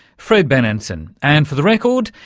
fred benenson. and for the record,